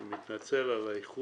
אני מתנצל על האיחור,